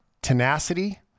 tenacity